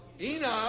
Enoch